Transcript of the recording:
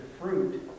fruit